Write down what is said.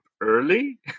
early